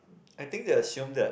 I think they assume that